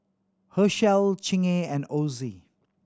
Herschel Chingay and Ozi